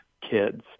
kids